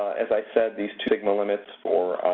as i said, these two signal limits for